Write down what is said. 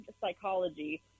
psychology